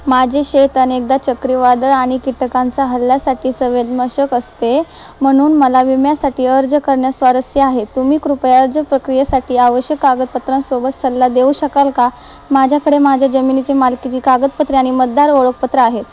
माझे शेत अनेकदा चक्रीवादळ आणि कीटकांचा हल्ल्यासाठी संवेदनाक्षम असते म्हणून मला विम्यासाठी अर्ज करण्यात स्वारस्य आहे तुम्ही कृपया अर्ज प्रक्रियेसाठी आवश्यक कागदपत्रांसोबत सल्ला देऊ शकाल का माझ्याकडे माझ्या जमिनीची मालकीची कागदपत्रे आणि मतदार ओळखपत्र आहे